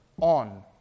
on